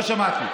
לא שמעתי.